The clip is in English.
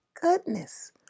goodness